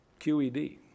QED